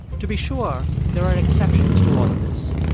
to be sure, there are exceptions to all of this.